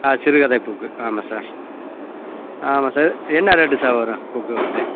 ஆ சிறுகதை புக்கு ஆமாம் சார் ஆமாம் சார் என்ன ரேட்டு சார் வரும் புக்குங்க வந்து